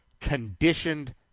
conditioned